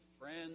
friends